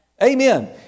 Amen